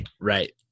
Right